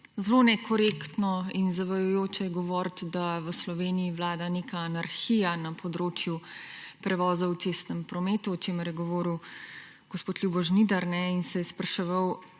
Zelo nekorektno in zavajajoče je govorit, da v Sloveniji vlada neka anarhija na področju prevozov v cestnem prometu, o čemer je govoril gospod Ljubo Žnidar in se je spraševal,